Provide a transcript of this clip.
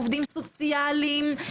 עובדים סוציאליים,